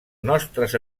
nostres